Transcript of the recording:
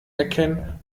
erkennen